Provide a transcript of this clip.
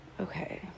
Okay